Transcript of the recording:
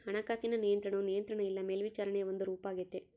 ಹಣಕಾಸಿನ ನಿಯಂತ್ರಣವು ನಿಯಂತ್ರಣ ಇಲ್ಲ ಮೇಲ್ವಿಚಾರಣೆಯ ಒಂದು ರೂಪಾಗೆತೆ